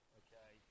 okay